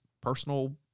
personal